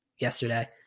yesterday